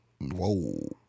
Whoa